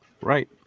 Right